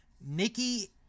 Nikki